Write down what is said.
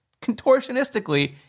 contortionistically